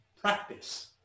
practice